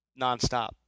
nonstop